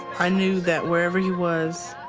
i knew that wherever he was,